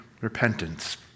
repentance